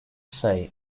say